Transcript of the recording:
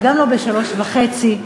וגם לא בשלוש וחצי,